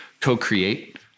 co-create